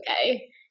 okay